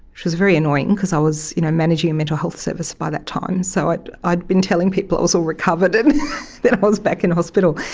which was very annoying because i was you know managing a mental health service by that time, so i had been telling people i was all recovered and then i was back in hospital.